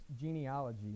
genealogy